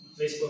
Facebook